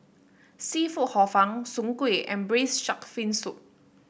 seafood Hor Fun Soon Kueh and Braised Shark Fin Soup